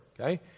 okay